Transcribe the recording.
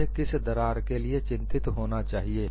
मुझे किस दरार के लिए चिंतित होना चाहिए